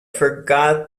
forgot